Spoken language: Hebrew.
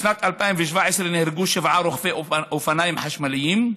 בשנת 2017 נהרגו שבעה רוכבי אופניים חשמליים,